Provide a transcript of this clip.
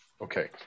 okay